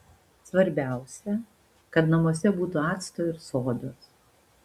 svarbiausia kad namuose būtų acto ir sodos